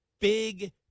big